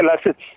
assets